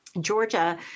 Georgia